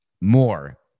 more